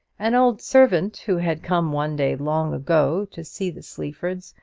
an old servant, who had come one day, long ago, to see the sleafords,